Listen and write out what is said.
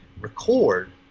record